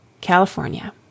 California